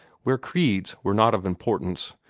where creeds were not of importance,